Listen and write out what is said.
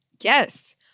Yes